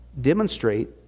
Demonstrate